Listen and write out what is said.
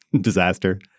disaster